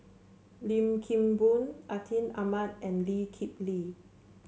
Lim Kim Boon Atin Amat and Lee Kip Lee